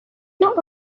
not